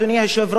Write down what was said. אתה יודע,